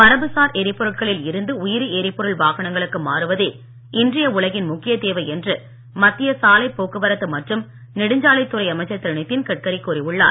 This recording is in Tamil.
மரபுசார் எரிபொருட்களில் இருந்து உயிரி எரிபொருள் வாகனங்களுக்கு மாறுவதே இன்றைய உலகின் முக்கியத் தேவை என்று மத்திய சாலைப் போக்குவரத்து மற்றும் நெடுஞ்சாலைத்துறை அமைச்சர் நிதின் கட்கரி கூறியுள்ளார்